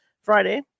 Friday